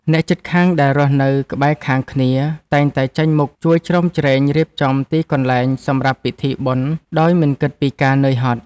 អ្នកជិតខាងដែលរស់នៅក្បែរខាងគ្នា តែងតែចេញមុខជួយជ្រោមជ្រែងរៀបចំទីកន្លែងសម្រាប់ពិធីបុណ្យដោយមិនគិតពីការនឿយហត់។